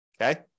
Okay